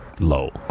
low